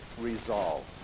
resolve